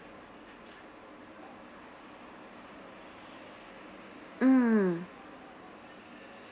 mm